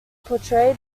portray